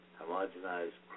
homogenized